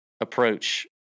approach